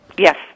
Yes